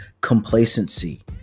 complacency